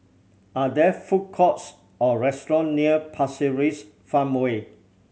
are there food courts or restaurant near Pasir Ris Farmway